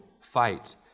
fight